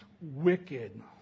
wicked